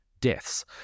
deaths